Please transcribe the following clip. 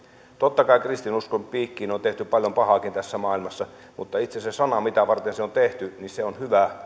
totta kai kristinuskon piikkiin on tehty paljon pahaakin tässä maailmassa mutta itse se sana mitä varten se on tehty on hyvä ja läpeensä hyvä se on tätä maailmaa